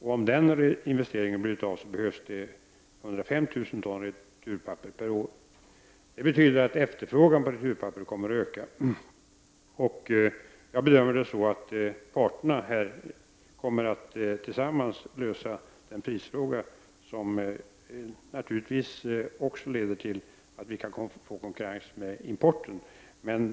Om den investeringen blir av behövs det 105 000 ton returpapper per år. Det betyder att efterfrågan på returpapper kommer att öka. Jag bedömer att parterna tillsammans kommer att lösa den prisfråga som naturligtvis också leder till att vi kan få konkurrens med importen.